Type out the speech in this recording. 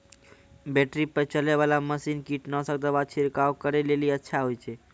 Battery पर चलै वाला मसीन कीटनासक दवा छिड़काव करै लेली अच्छा होय छै?